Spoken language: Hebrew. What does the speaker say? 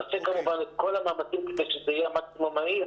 נעשה כמובן את כל המאמצים כדי שזה יהיה מקסימום מהיר